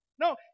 No